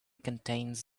contains